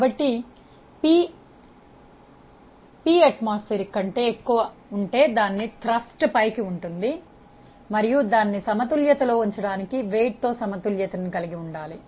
కాబట్టి p P atm కంటే ఎక్కువ ఉంటే అది పైకి థ్రస్ట్ ఉంటుంది మరియు అది సమతుల్యతలో ఉంచడానికి బరువుతో సమతుల్యతను కలిగి ఉండాలి